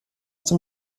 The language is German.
dem